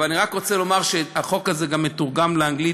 אבל אני רק רוצה לומר שהחוק הזה גם מתורגם לאנגלית,